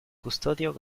custodio